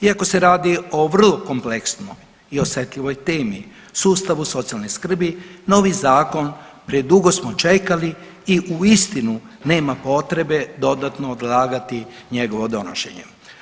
Iako se radi o vrlo kompleksnoj i osetljivoj temi, sustavu socijalne skrbi, novi zakon predugo smo čekali i uistinu nema potrebe dodatno odlagati njegovo donošenje.